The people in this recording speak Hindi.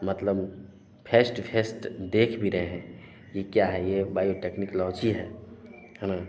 मतलब फेश टु फेस्ट देख भी रहे हैं यह क्या है यह बायोटेक्निकलॉजी है है ना